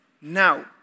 now